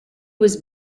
was